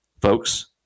folks